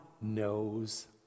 knows